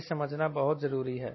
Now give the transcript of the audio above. यह समझना बहुत जरूरी है